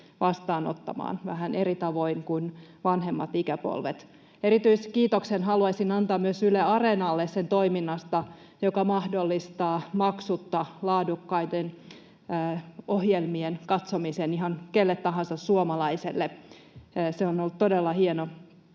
vastaanottamaan, vähän eri tavoin kuin vanhemmat ikäpolvet. Erityiskiitoksen haluaisin antaa myös Yle Areenalle sen toiminnasta, joka mahdollistaa maksutta laadukkaiden ohjelmien katsomisen ihan kenelle tahansa suomalaiselle. Se on ollut todella hieno